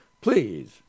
Please